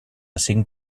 cinc